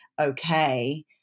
okay